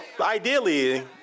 ideally